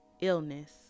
illness